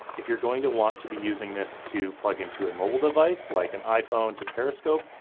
if you're going to want to be using this to plug into a mobile device like an iphone to periscope,